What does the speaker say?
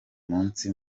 munsi